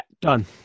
done